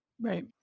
Right